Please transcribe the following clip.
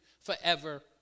forever